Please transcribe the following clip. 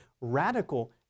radical